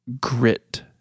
grit